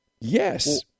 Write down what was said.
Yes